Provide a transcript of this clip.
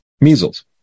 Measles